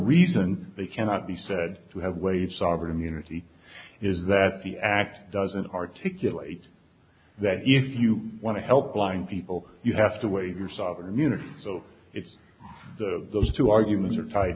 reason they cannot be said to have weight sovereign immunity is that the act doesn't articulate that if you want to help blind people you have to waive your sovereign immunity so if those two arguments are tied